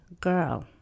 girl